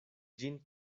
ĝin